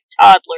toddler